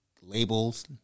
labels